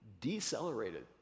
decelerated